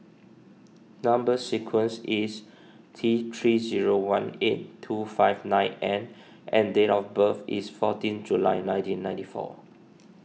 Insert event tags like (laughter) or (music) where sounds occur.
(noise) Number Sequence is T three zero one eight two five nine N and date of birth is fourteen July nineteen ninety four